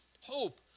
hope